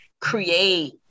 create